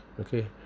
okay